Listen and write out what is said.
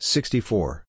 Sixty-four